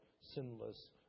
sinless